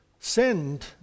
Send